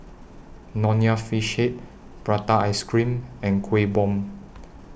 Nonya Fish Head Prata Ice Cream and Kueh Bom